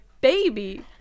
baby